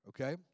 Okay